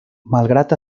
malgrat